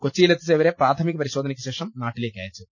കൊച്ചി യിൽ എത്തിച്ച ഇവരെ പ്രാഥമിക പരിശോധനയ്ക്ക് ശേഷം നാട്ടിലേക്കയച്ചു